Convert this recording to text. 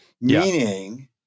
Meaning